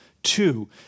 two